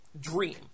dream